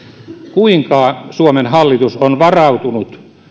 kuinka suomen hallitus on varautunut